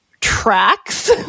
tracks